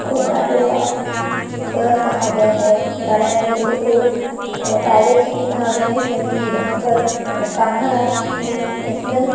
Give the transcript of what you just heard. को घाटों का शहर कहा गया है बालाघाट ज़िले को टाइगर सिटी कहा गया है क्योंकि यहाँ पर कान्हा राष्ट्रीय नेशनल